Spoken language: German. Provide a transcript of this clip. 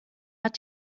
hat